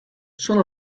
son